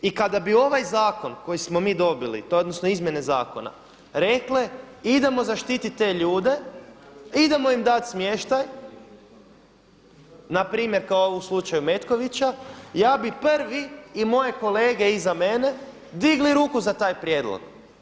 I kada bi ovaj zakon koji smo mi dobili odnosno izmjene zakona rekle, idemo zaštititi te ljude, idemo im dati smještaj, npr. kao u slučaju Metkovića, ja bih prvi i moje kolege iza mene digli ruku za taj prijedlog.